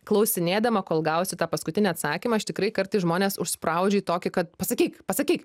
klausinėdama kol gausiu tą paskutinį atsakymą aš tikrai kartais žmones užspraudžiu į tokį kad pasakyk pasakyk